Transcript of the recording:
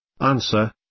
Answer